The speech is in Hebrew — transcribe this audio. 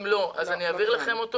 אם לא, אני אעביר לכם.